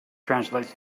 translates